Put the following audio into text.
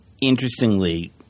interestingly